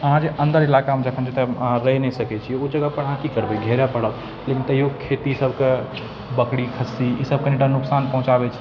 अहाँ जे अन्दर इलाकामे जखन जेतै अहाँ रहि नहि सकै छिए ओ जगहपर अहाँ की करबै घेरै परत लेकिन तैओ खेती सबके बकरी खस्सी ईसब कनिटा नोकसान पहुँचाबै छै